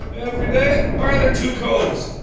every day? why are there two coves?